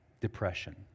depression